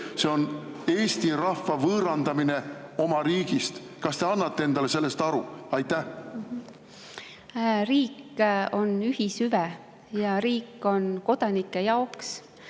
See on eesti rahva võõrandamine oma riigist. Kas te annate endale sellest aru? Riik on ühishüve ja riik on kodanike jaoks.